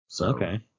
Okay